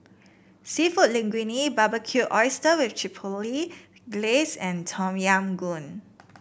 seafood Linguine Barbecued Oysters with Chipotle Glaze and Tom Yam Goong